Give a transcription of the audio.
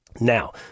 Now